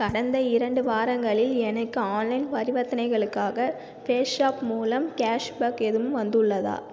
கடந்த இரண்டு வாரங்களில் எனக்கு ஆன்லைன் பரிவர்த்தனைகளுக்காக பேஸாப் மூலம் கேஷ் பேக் எதுவும் வந்துள்ளதா